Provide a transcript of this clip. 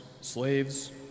slaves